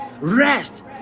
rest